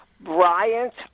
Bryant